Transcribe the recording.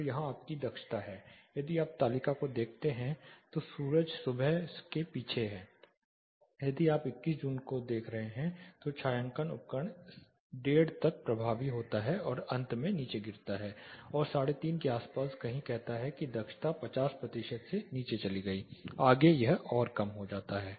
तो यहां आपकी दक्षता है यदि आप तालिका को देखते हैं तो सूरज सुबह के पीछे है यदि आप 21 जून को देख रहे हैं तो एक छायांकन उपकरण 130 तक प्रभावी होता है और अंत में नीचे गिरता है और 330 के आसपास कहीं कहता है दक्षता 50 प्रतिशत से नीचे चली गई आगे और कम हो जाता है